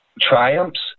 triumphs